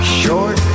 short